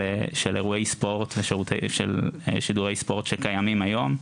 של אירועי ספורט ושידורי ספורט שקיימים היום,